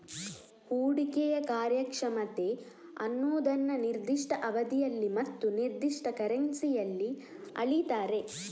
ಹೂಡಿಕೆಯ ಕಾರ್ಯಕ್ಷಮತೆ ಅನ್ನುದನ್ನ ನಿರ್ದಿಷ್ಟ ಅವಧಿಯಲ್ಲಿ ಮತ್ತು ನಿರ್ದಿಷ್ಟ ಕರೆನ್ಸಿಯಲ್ಲಿ ಅಳೀತಾರೆ